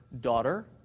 Daughter